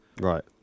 right